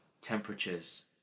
temperatures